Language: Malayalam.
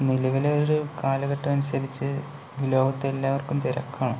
നിലവിലെ ഒരു കാലഘട്ടമനുസരിച്ച് ലോകത്തെല്ലാവർക്കും തിരക്കാണ്